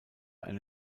eine